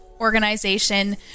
organization